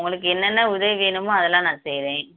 உங்களுக்கு என்னென்ன உதவி வேணுமோ அதெல்லாம் நான் செய்யறேன்